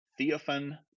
Theophan